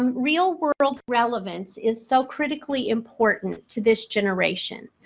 um real world relevance is so critically important to this generation.